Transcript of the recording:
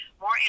more